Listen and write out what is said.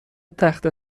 تخته